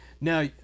now